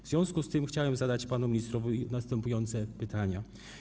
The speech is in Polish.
W związku z tym chciałem zadać panu ministrowi następujące pytania.